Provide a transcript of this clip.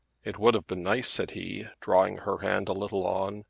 it would have been nice, said he, drawing her hand a little on,